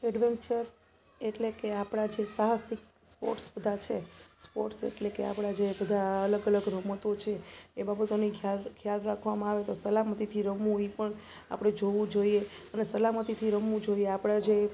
adventure એટલે કે આપણા જે સાહસિક સ્પોર્ટ્સ બધા છે સ્પોર્ટ્સ એટલે કે આપણા જે બધા અલગ અલગ રમતો છે એ બાબતોની ખ્યાલ રાખવામાં આવે તો સલામતીથી રમવું એ પણ આપણે જોવું જોઈએ અને સલામતીથી રમવું જોઈએ આપણા જે